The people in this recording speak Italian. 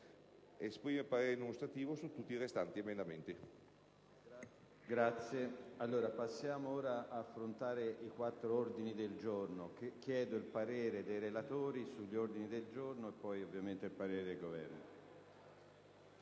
Esprime parere non ostativo su tutti i restanti emendamenti».